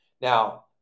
Now